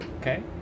Okay